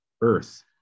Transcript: earth